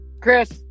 Chris